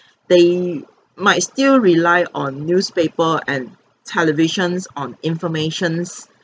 they might still rely on newspaper and televisions on informations